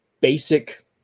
basic